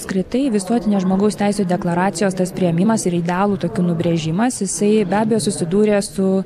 apskritai visuotinės žmogaus teisių deklaracijos tas priėmimas ir idealų tokių nubrėžimas jisai be abejo susidūrė su